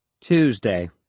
Tuesday